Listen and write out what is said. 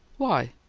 why?